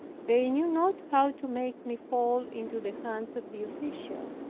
they knew not how to make me fall into the hands of the official.